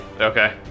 Okay